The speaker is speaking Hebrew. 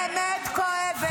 הוא מפריע לי.